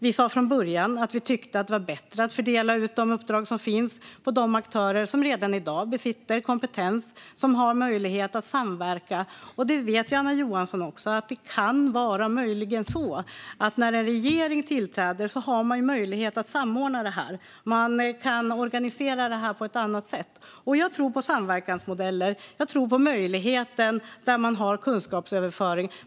Vi sa från början att vi tyckte att det var bättre att fördela uppdragen på de aktörer som redan besitter kompetens och har möjlighet att samverka. Och Anna Johansson vet att det möjligen kan vara så att en regering när den tillträder har möjlighet att samordna detta. Man kan organisera det på ett annat sätt. Jag tror på samverkansmodeller och på möjligheten till kunskapsöverföring.